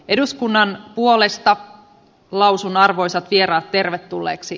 eduskunnan puolesta lausuu arvoisat vieraat tervetulleeksi